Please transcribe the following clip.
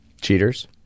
Cheaters